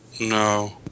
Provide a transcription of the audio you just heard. No